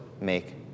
make